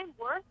worth